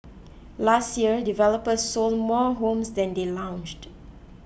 last year developers sold more homes than they launched